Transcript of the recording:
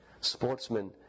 sportsmen